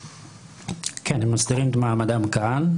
הם מסדירים את מעמדם כאן.